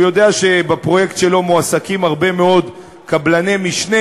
הוא יודע שבפרויקט שלו מועסקים הרבה מאוד קבלני משנה,